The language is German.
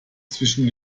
zwischen